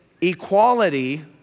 equality